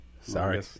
Sorry